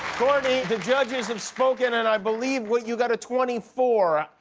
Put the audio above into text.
courtney, the judges have spoken, and i believe well, you got a twenty four.